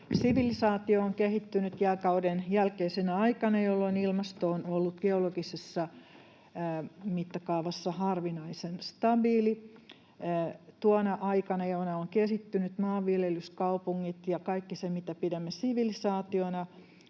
Sivilisaatio on kehittynyt jääkauden jälkeisenä aikana, jolloin ilmasto on ollut geologisessa mittakaavassa harvinaisen stabiili. Tuona aikana, jona on kehittynyt maanviljelys, kaupungit ja kaikki se, mitä pidämme sivilisaationa,